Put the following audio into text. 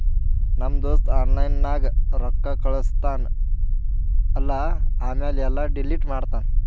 ನಮ್ ದೋಸ್ತ ಆನ್ಲೈನ್ ನಾಗ್ ರೊಕ್ಕಾ ಕಳುಸ್ತಾನ್ ಅಲ್ಲಾ ಆಮ್ಯಾಲ ಎಲ್ಲಾ ಡಿಲೀಟ್ ಮಾಡ್ತಾನ್